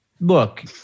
look